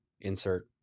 insert